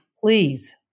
Please